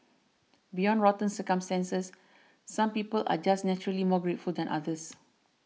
beyond rotten circumstances some people are just naturally more grateful than others